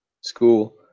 school